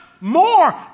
more